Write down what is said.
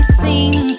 sing